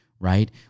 Right